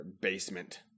basement